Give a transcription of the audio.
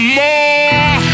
more